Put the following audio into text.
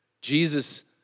Jesus